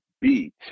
beat